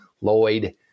Lloyd